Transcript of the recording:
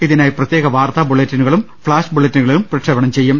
ഇതിനായി പ്രത്യേക വാർത്താ ബുള്ളറ്റിനുകളും ഫ്ളാഷ് ബുള്ളറ്റി നുകളും പ്രക്ഷേപണം ചെയ്യും